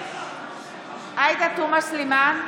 נגד עאידה תומא סלימאן,